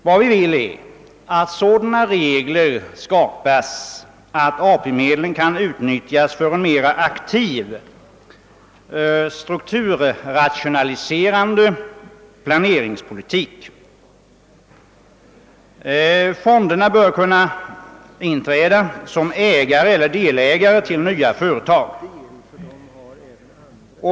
Vad vi vill är att sådana regler skapas att AP-medlen kan utnyttjas för en mera aktiv, strukturrationaliserande planeringspolitik. Fonderna bör kunna inträda som ägare till eller delägare i nya företag.